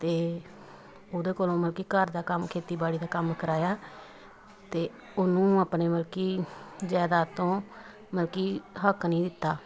ਅਤੇ ਉਹਦੇ ਕੋਲੋਂ ਮਲ ਕਿ ਘਰ ਦਾ ਕੰਮ ਖੇਤੀਬਾੜੀ ਦਾ ਕੰਮ ਕਰਵਾਇਆ ਅਤੇ ਉਹਨੂੰ ਆਪਣੇ ਮਲ ਕਿ ਜਾਇਦਾਦ ਤੋਂ ਮਲ ਕਿ ਹੱਕ ਨਹੀਂ ਦਿੱਤਾ